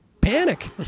panic